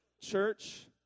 church